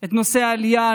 את נושא העלייה.